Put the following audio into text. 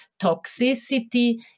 toxicity